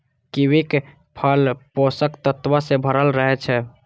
कीवीक फल पोषक तत्व सं भरल रहै छै